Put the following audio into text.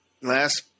Last